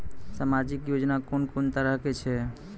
समाजिक योजना कून कून तरहक छै?